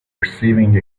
receiving